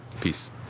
Peace